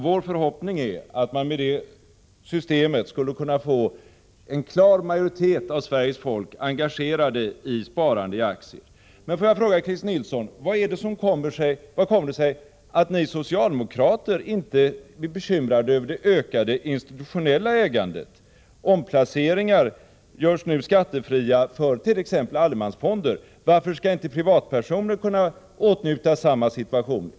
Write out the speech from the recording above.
Vår förhoppning är att man med det systemet skall kunna få en klar majoritet av Får jag fråga Christer Nilsson: Hur kommer det sig att ni socialdemokrater inte är bekymrade över det ökade institutionella ägandet? Omplaceringar görs nu skattefria för t.ex. allemansfonder. Varför skall inte privatpersoner kunna åtnjuta samma förmåner?